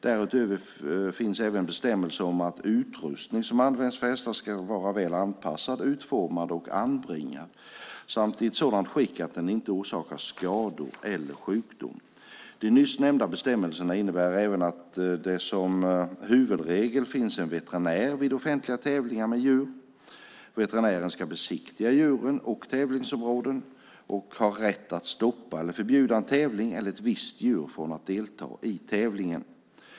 Därutöver finns även bestämmelser om att utrustning som används till hästar ska vara väl anpassad, utformad och anbringad samt i ett sådant skick att den inte orsakar skador eller sjukdom. De nyss nämnda bestämmelserna innebär även att det som huvudregel ska finnas en veterinär vid offentliga tävlingar med djur. Veterinären ska besiktiga djuren och tävlingsområdena och har rätt att stoppa eller förbjuda en tävling eller ett visst djur från att delta i tävlingen.